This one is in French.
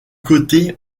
côté